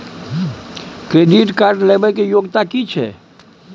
Credit card लेबै के योग्यता कि छै?